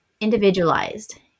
individualized